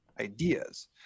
ideas